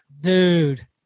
dude